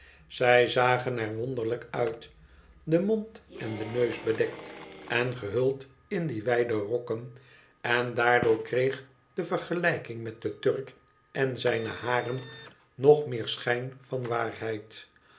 zij zagen er wonderlijk uit de mond en de neus bedekt en gehuld in die wijde rokken en daardoor kreeg de vergelijking raet den turk en zijn harem nog meer schijn van waarheid